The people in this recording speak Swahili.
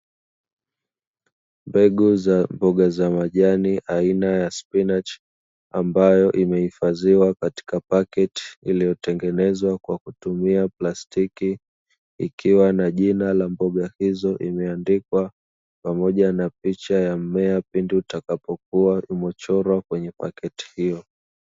Mbegu za mboga za majani aina ya spinachi ambayo imehifadhiwa katika paketi, iliyotengenezwa kwa kutumia plastiki. Ikiwa na jina la mboga hizo imeandikwa, pamoja na picha ya mmea pindi utakapokua umechorwa kwenye pakiti hiyo.